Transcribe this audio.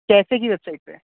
کیسے کی website پے